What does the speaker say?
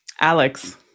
Alex